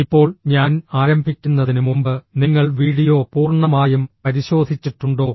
ഇപ്പോൾ ഞാൻ ആരംഭിക്കുന്നതിന് മുമ്പ് നിങ്ങൾ വീഡിയോ പൂർണ്ണമായും പരിശോധിച്ചിട്ടുണ്ടോ